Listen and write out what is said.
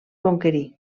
conquerir